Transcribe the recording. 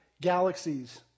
Galaxies